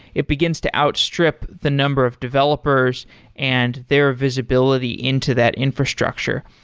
it begins to outstrip the number of developers and their visibility into that infrastructure.